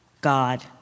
God